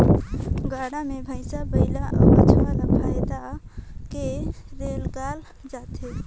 गाड़ा मे भइसा बइला अउ बछवा ल फाएद के रेगाल जाथे